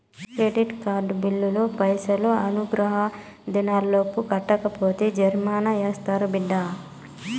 credit card బిల్లులు పైసలు అనుగ్రహ దినాలలోపు కట్టకపోతే జరిమానా యాస్తారు బిడ్డా